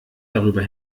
darüber